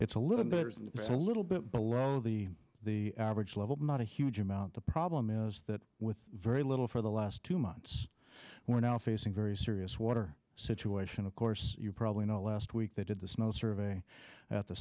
it's a little bit a little bit below the average level not a huge amount the problem is that with very little for the last two months we're now facing very serious water situation of course you probably know last week they did the snow survey at the